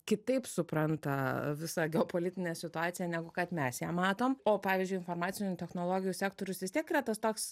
kitaip supranta visą geopolitinę situaciją negu kad mes ją matom o pavyzdžiui informacinių technologijų sektorius vis tiek yra tas toks